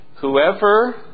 Whoever